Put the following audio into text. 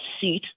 seat